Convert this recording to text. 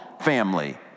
family